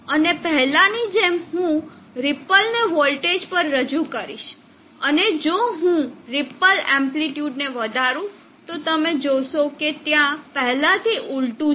અને પહેલાની જેમ હું રીપલ ને વોલ્ટેજ પર રજૂ કરીશ અને જો હું રીપલ એમ્પ્લીટ્યુડને વધારું તો તમે જોશો કે ત્યાં પહેલાથી ઊલટું છે